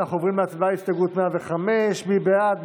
אנחנו עוברים להצבעה על הסתייגות מס' 104. מי בעד?